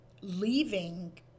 leaving